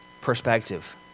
perspective